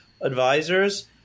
advisors